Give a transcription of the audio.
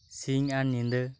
ᱥᱤᱧ ᱟᱨ ᱧᱤᱫᱟᱹ